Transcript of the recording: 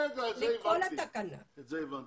את זה הבנתי.